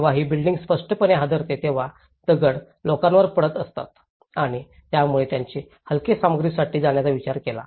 म्हणून जेव्हा ही बिल्डिंग स्पष्टपणे हादरते तेव्हा दगड लोकांवर पडत असत आणि त्यामुळेच त्यांनी हलके सामग्रीसाठी जाण्याचा विचार केला